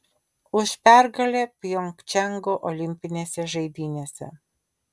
už pergalę pjongčango olimpinėse žaidynėse